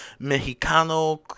Mexicano